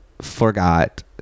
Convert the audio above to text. forgot